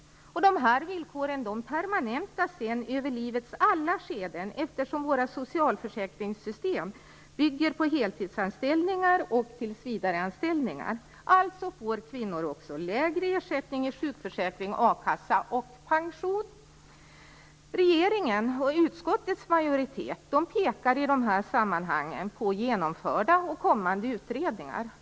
Dessa villkor permanentas i livets alla skeden, eftersom våra socialförsäkringssystem bygger på heltids och tillsvidareanställningar. Alltså får kvinnor lägre ersättningar från sjukförsäkring och a-kassa och mindre pension. Regeringen och utskottets majoritet pekar i de här sammanhangen på genomförda och kommande utredningar.